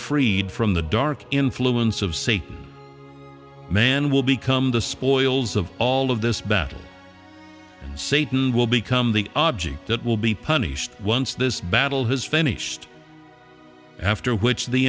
freed from the dark influence of say man will become the spoils of all of this battle satan will become the object that will be punished once this battle has finished after which the